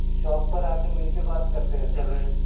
shop پر آ کے مل کے بات کرتے ہیں چلیں